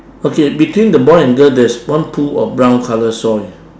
okay between the boy and girl there's one pool of brown colour soil